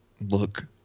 look